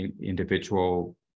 individual